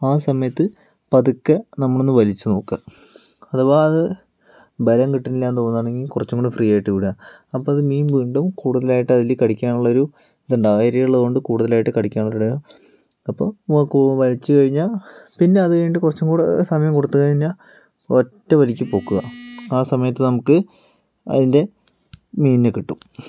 ആ സമയത്ത് പതുക്കെ നമ്മൾ ഒന്ന് വലിച്ചു നോക്കുക അഥവാ അത് ബലം കിട്ടുന്നില്ല എന്ന് തോന്നുകയാണെങ്കിൽ കുറച്ചുകൂടി ഫ്രീയായിട്ട് വിടാം അപ്പോൾ അത് മീൻ വീണ്ടും കൂടുതലായിട്ട് അതിൽ കടിക്കാനുള്ള ഒരു ഇത്ണ്ടാവും ഇര ഉള്ളതുകൊണ്ട് കൂടുതലായിട്ട് കടിക്കാനുള്ള ഒരു അപ്പോൾ വലിച്ചു കഴിഞ്ഞ് പിന്നെ അത് കഴിഞ്ഞിട്ട് കുറച്ചും കൂടെ സമയം കൊടുത്തു കഴിഞ്ഞാൽ ഒറ്റവലിക്ക് പൊക്കുക ആ സമയത്ത് നമുക്ക് അതിൻറെ മീനിനെ കിട്ടും